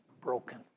broken